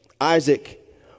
Isaac